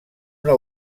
una